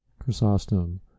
Chrysostom